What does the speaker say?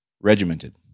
regimented